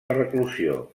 reclusió